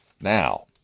now